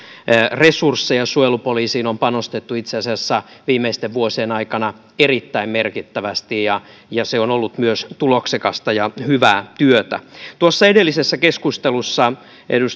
resursseja suojelupoliisiin on panostettu itse asiassa viimeisten vuosien aikana erittäin merkittävästi ja ja se on ollut myös tuloksekasta ja hyvää työtä tuossa edellisessä keskustelussa